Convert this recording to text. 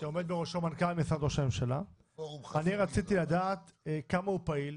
אני רציתי לדעת כמה הוא פעיל,